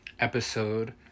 episode